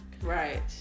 Right